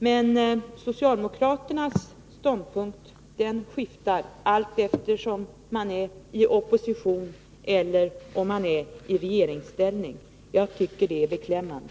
Men socialdemokraternas ståndpunkt skiftar, allteftersom man är i opposition eller regeringsställning. Jag tycker att det är beklämmande.